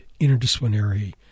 interdisciplinary